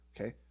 Okay